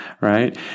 right